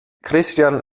christian